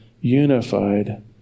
unified